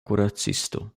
kuracisto